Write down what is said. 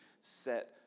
set